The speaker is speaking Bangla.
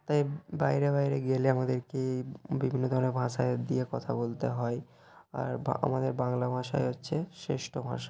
তাই বাইরে বাইরে গেলে আমাদেরকে এই বিভিন্ন ধরনের ভাষা দিয়ে কথা বলতে হয় আর বা আমাদের বাংলা ভাষাই হচ্ছে শ্রেষ্ঠ ভাষা